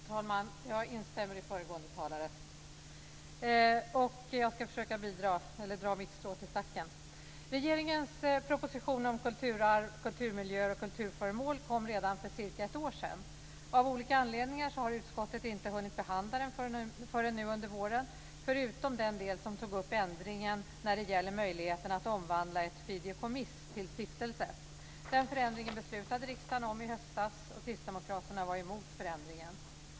Fru talman! Jag instämmer med föregående talare. Jag ska försöka dra mitt strå till stacken. Regeringens proposition Kulturarv - kulturmiljöer och kulturföremål kom redan för cirka ett år sedan. Av olika anledningar har utskottet inte hunnit behandla den förrän nu under våren, förutom den del som tog upp ändringen när det gäller möjligheten att omvandla ett fideikommiss till stiftelse. Den förändringen beslutade riksdagen om i höstas. Kristdemokraterna var emot förändringen.